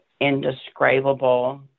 indescribable